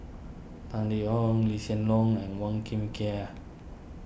Tan Yeok Lee Hsien Loong and Wong kin Ken